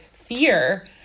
fear